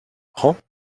prend